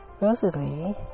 Rosalie